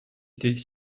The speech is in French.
était